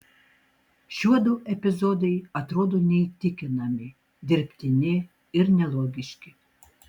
šiuodu epizodai atrodo neįtikinami dirbtini ir nelogiški